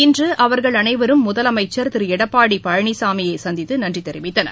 இன்று அவர்கள் அனைவரும் முதலமைச்சர் திரு எடப்பாடி பழனிசாமியை சந்தித்து நன்றி தெரிவித்துக் கொண்டனர்